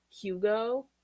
Hugo